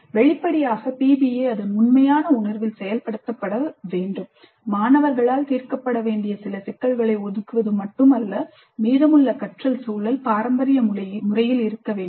வெளிப்படையாக PBI அதன் உண்மையான உணர்வில் செயல்படுத்தப்பட வேண்டும் மாணவர்களால் தீர்க்கப்பட வேண்டிய சில சிக்கல்களை ஒதுக்குவது மட்டுமல்ல கற்றல் சூழல் பாரம்பரிய முறையில் இருக்க வேண்டும்